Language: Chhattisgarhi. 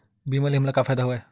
बीमा ले हमला का फ़ायदा हवय?